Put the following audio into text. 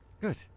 Good